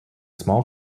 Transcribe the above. small